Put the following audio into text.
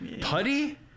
Putty